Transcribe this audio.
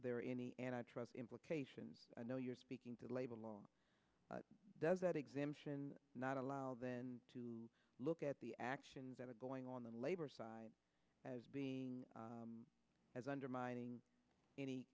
there are any and i trust implication i know you're speaking to the labor law does that exemption not allow then to look at the actions that are going on the labor side as being as undermining any